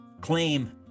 claim